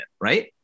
right